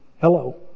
Hello